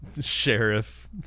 sheriff